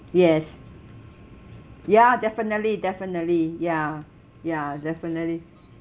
yes ya definitely definitely ya ya definitely